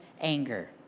anger